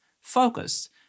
focused